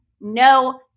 No